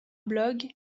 blog